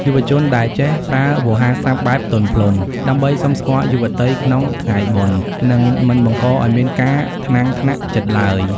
យុវជនដែលចេះ "ប្រើវោហារស័ព្ទបែបទន់ភ្លន់" ដើម្បីសុំស្គាល់យុវតីក្នុងថ្ងៃបុណ្យ នឹងមិនបង្កឱ្យមានការថ្នាំងថ្នាក់ចិត្តឡើយ។